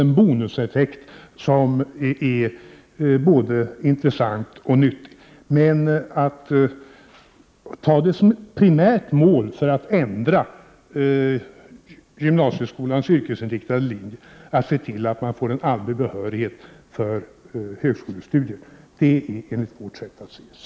Men att ta detta, att se till att dessa elever får en allmän behörighet för högskolestudier, som ett primärt mål för att ändra gymnasieskolans yrkesinriktade linjer är, enligt vårt sätt att se, ett svek.